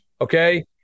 okay